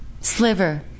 Sliver